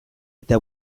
eta